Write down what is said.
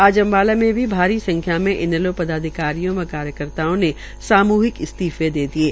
आज अम्बाला में भी भारी संख्या में इनैलो पदाधिकारियों व कार्यकर्ताओं ने सामूहिक इस्तीफें दे दिये